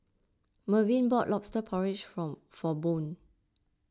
Mervin bought Lobster Porridge form for Boone